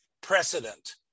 precedent